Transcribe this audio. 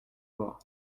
voir